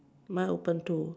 mine open too